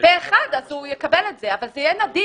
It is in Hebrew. פה אחד, אז הוא יקבל את זה, אבל זה יהיה נדיר.